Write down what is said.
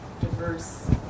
diverse